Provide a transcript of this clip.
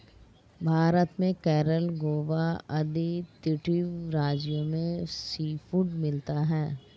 भारत में केरल गोवा आदि तटीय राज्यों में सीफूड मिलता है